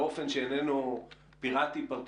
באופן שאיננו פיראטי-פרטיזני,